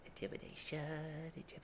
Intimidation